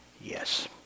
Yes